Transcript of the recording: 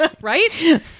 right